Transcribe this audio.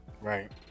Right